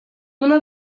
una